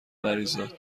مریزاد